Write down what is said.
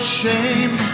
shame